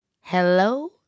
Hello